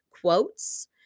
Quotes